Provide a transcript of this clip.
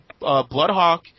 Bloodhawk